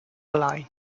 line